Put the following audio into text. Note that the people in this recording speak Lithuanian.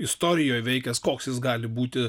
istorijoje veikęs koks jis gali būti